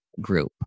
group